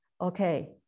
okay